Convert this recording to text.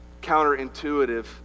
counterintuitive